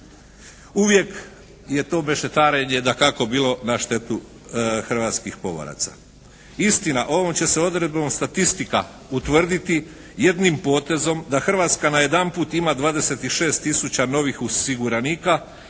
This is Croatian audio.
Uvijek je to mešetarenje dakako bilo na štetu hrvatskih pomoraca. Istina ovom će se odredbom statistika utvrditi jednim potezom da Hrvatska najedanput ima 26 tisuća novih osiguranika